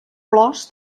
plors